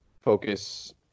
focus